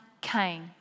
came